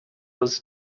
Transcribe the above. was